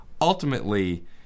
ultimately